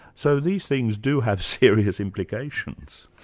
so these things do have serious implications.